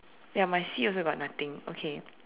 ya my sea also got nothing okay